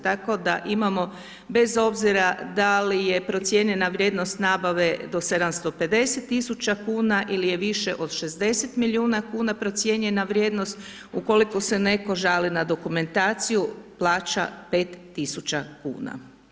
Tako da imamo bez obzira da li je procijenjena vrijednost nabave do 750.000 kuna ili je više od 60 milijuna kuna procijenjena vrijednost ukoliko se netko žali na dokumentaciju plaća 5.000 kuna.